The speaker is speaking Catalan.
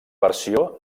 versió